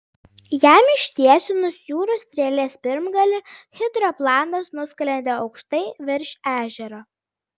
jam ištiesinus jūrų strėlės pirmgalį hidroplanas nusklendė aukštai virš ežero